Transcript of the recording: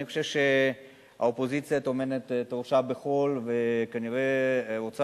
אני חושב שהאופוזיציה טומנת את ראשה בחול וכנראה רוצה